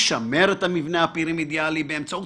משמר את המבנה הפירמידיאלי באמצעות